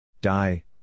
Die